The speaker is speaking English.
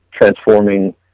transforming